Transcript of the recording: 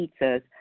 pizzas